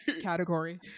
category